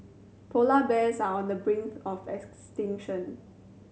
polar bears are on the brink of extinction